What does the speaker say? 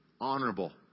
honorable